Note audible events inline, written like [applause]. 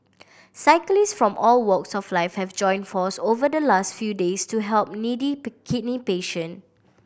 cyclists from all walks of life have joined forces over the last few days to help needy [unintelligible] kidney patient